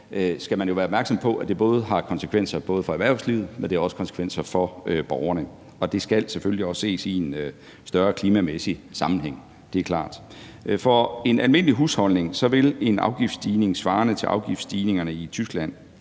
skal jo være opmærksom på, at det både har konsekvenser for erhvervslivet, men også for borgerne. Det skal selvfølgelig også ses i en større klimamæssig sammenhæng. Det er klart. For en almindelig husholdning vil en afgiftsstigning svarende til afgiftsstigningerne i Tyskland